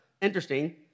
interesting